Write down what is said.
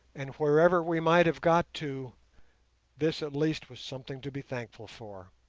and wherever we might have got to this at least was something to be thankful for.